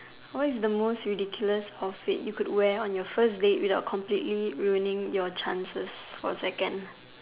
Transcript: what is the most ridiculous outfit you could wear on your first date without completely ruining your chances for a second